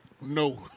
no